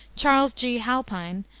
charles g. halpine,